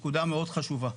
נקודה מאוד חשובה,